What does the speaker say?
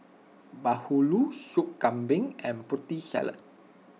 Bahulu Soup Kambing and Putri Salad